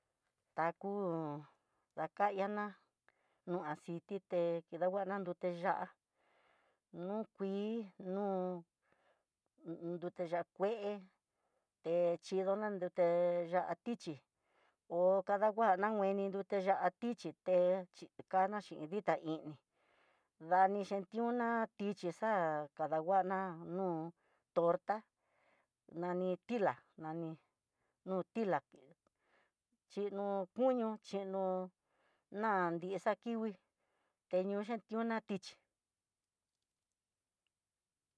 Taku un dakayana, kuan xitité kidanguana nruté ya'á, no kuii noó un, nruté ya'á kué techidoná nruté ya'á tichi, ho kanguana ngueni nruté ya'á tichí té, kana xhin ditá ini dani xhentioná, tichí xa'a kanguana no'o torta nani tila nani no tilá xhinó kuño xhinó nannrí xakikui, teñoxentiona tichí.